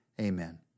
Amen